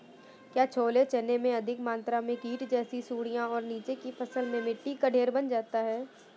क्या छोले चने में अधिक मात्रा में कीट जैसी सुड़ियां और नीचे की फसल में मिट्टी का ढेर बन जाता है?